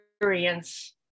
experience